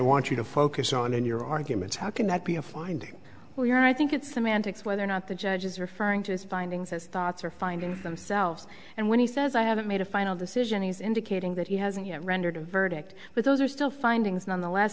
want you to focus on in your arguments how can that be a finding where i think it's semantics whether or not the judge is referring to his findings as thoughts or finding themselves and when he says i haven't made a final decision he's indicating that he hasn't yet rendered a verdict but those are still findings nonetheless